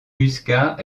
muscat